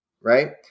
right